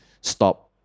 stop